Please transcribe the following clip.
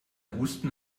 husten